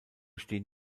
stehen